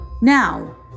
Now